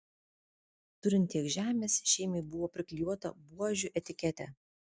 turint tiek žemės šeimai buvo priklijuota buožių etiketė